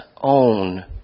own